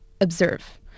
observe